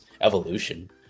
evolution